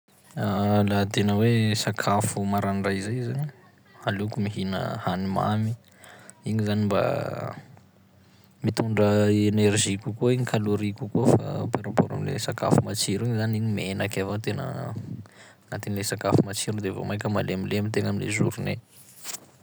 Laha tena hoe sakafo maraindray zay zany, aleoko mihina hany mamy, igny zany mba mitondra énergie kokoa igny, calorie kokoa fa par rapport am'le sakafo matsiro igny zany igny menaky avao tena gnatin'le sakafo matsiro de vao maika malemilemy tegna am'le journée.